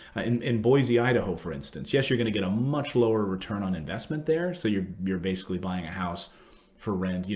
um in boise, idaho, for instance yes, you're going to get a much lower return on investment there. so you're you're basically buying a house for rent,